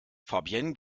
fabienne